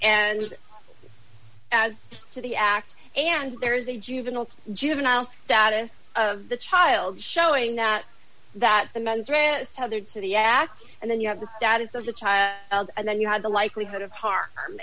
and as to the act and there is a juvenile juvenile status of the child showing that that the mens rea have there to the act and then you have the status of the child and then you have the likelihood of harm